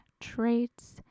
traits